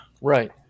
right